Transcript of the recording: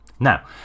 now